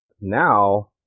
now